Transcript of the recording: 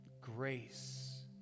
grace